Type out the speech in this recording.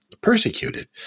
persecuted